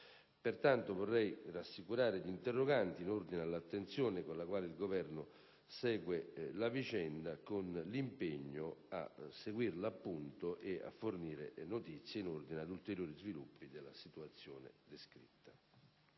vorrei rassicurare gli interroganti in ordine all'attenzione con la quale il Governo segue la vicenda con l'impegno a fornire notizie in ordine agli ulteriori sviluppi della situazione descritta.